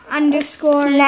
underscore